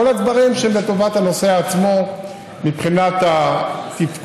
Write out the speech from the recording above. כל הדברים שהם לטובת הנוסע עצמו מבחינת התפקוד,